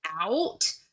out